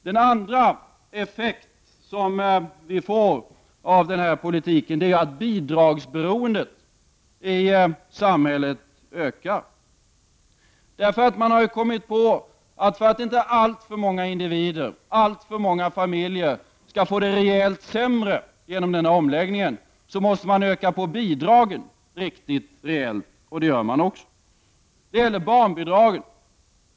Den andra effekt som denna politik leder till är att bidragsberoendet i samhället ökar. För att inte alltför många individer och familjer skall få det rejält sämre vid denna omläggning måste man öka på bidragen rejält, och det gör man också. Det gäller t.ex. barnbidragen.